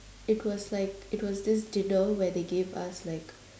it was like it was this dinner where they gave us like